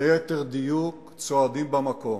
ליתר דיוק, צועדים במקום,